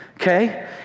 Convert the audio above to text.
Okay